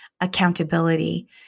accountability